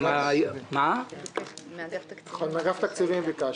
ביקשנו מאגף התקציבים.